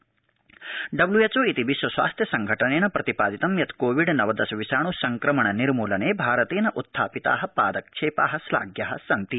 विश्वस्वास्थ्यसंघ भारतम् डब्ल्यूएचओ इति विश्व स्वास्थ्य संघटनेन प्रतिपादितं यत् कोविड नवदश विषाण् संक्रमण निर्मूलने भारतेन उत्थापिताः पादक्षेपाः श्लाघ्याः सन्ति